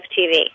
TV